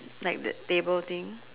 like that table thing